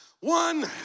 one